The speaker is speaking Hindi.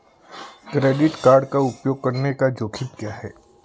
क्रेडिट कार्ड का उपयोग करने के जोखिम क्या हैं?